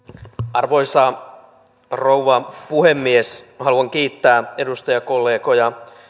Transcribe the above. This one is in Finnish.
arvoisa rouva puhemies haluan kiittää edustajakollegoja